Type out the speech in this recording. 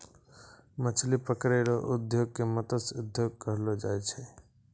मछली पकड़ै रो उद्योग के मतस्य उद्योग कहलो जाय छै